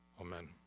Amen